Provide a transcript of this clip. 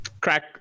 crack